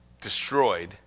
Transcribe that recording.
destroyed